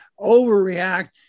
overreact